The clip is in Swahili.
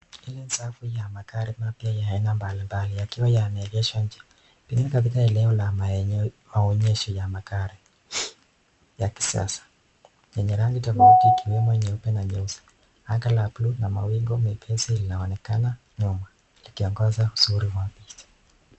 Hii ni safu ya magari aina ya mbali mbali yakiwa yameegeshwa nje kwa eneo la magari ya kisasa yenye rangi tofauti ikiwemo nyeupe na nyepesi. Anga la buluu na mawingu nyepesi inaonekana ikiongeza uzuri wa picha.